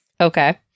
Okay